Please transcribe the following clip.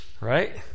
right